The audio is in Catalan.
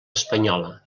espanyola